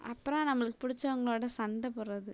அப்புறம் நம்மளுக்கு பிடிச்சவங்களோட சண்டை போடுறது